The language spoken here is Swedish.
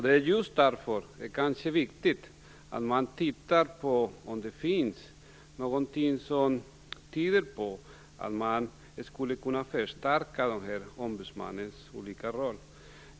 Det är just därför det är viktigt att man tittar på om det finns någonting som tyder på att man skulle kunna förstärka ombudsmännens olika roller.